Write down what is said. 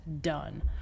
done